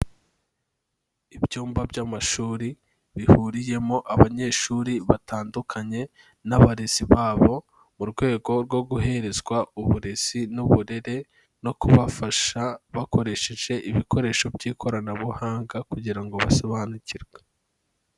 Ibyumba by'amashuri bihuriyemo abanyeshuri batandukanye n'abarezi babo mu rwego rwo guherezwa uburezi n'uburere no kubafasha bakoresheje ibikoresho by'ikoranabuhanga kugira ngo basobanukirwe.